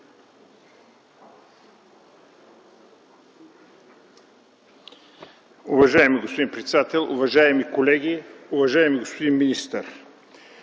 Уважаеми господин председател, уважаеми колеги, уважаеми господин министър!